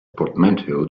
portmanteau